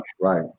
Right